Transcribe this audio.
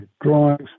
drawings